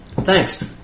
Thanks